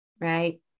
Right